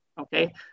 okay